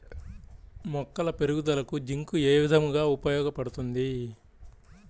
మొక్కల పెరుగుదలకు జింక్ ఏ విధముగా ఉపయోగపడుతుంది?